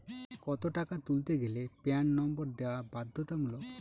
কত টাকা তুলতে গেলে প্যান নম্বর দেওয়া বাধ্যতামূলক?